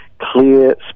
clear